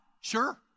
sure